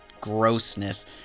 grossness